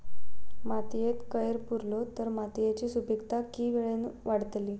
मातयेत कैर पुरलो तर मातयेची सुपीकता की वेळेन वाडतली?